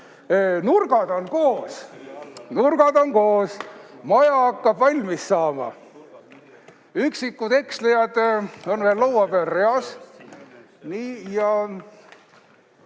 Nurgad on koos, nurgad on koos. Maja hakkab valmis saama. Üksikud ekslejad on veel laua peal